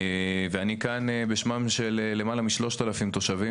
ואני כאן בשמם של למעלה מ-3,000 תשבים